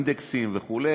אינדקסים וכו'.